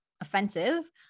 offensive